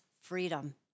freedom